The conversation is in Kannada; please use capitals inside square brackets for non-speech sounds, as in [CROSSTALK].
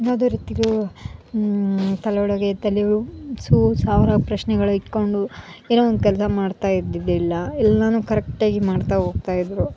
ಯಾವುದೇ ರೀತೀಲೂ ತಲೆಯೊಳಗೆ ತಲೆ [UNINTELLIGIBLE] ಸೂ ಸಾವಿರ ಪ್ರಶ್ನೆಗಳ ಇಟ್ಟುಕೊಂಡು ಏನೋ ಒಂದು ಕೆಲಸ ಮಾಡ್ತಾಯಿದ್ದಿರ್ಲಿಲ್ಲ ಎಲ್ಲನೂ ಕರೆಕ್ಟಾಗಿ ಮಾಡ್ತಾ ಹೋಗ್ತಾಯಿದ್ರು